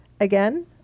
Again